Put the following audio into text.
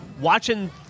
watching